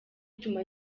ituma